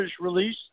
release